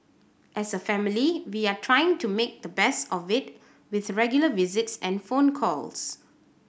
as a family we are trying to make the best of it with regular visits and phone calls